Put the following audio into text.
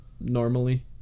normally